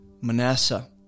Manasseh